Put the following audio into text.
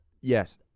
Yes